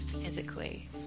physically